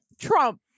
Trump